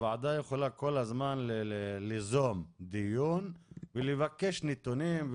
הוועדה יכולה כל הזמן ליזום דיון ולבקש נתונים,